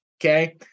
okay